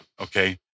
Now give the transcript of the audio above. Okay